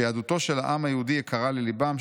שיהדותו של העם היהודי יקרה לליבם,